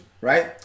right